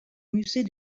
musée